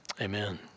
amen